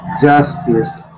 justice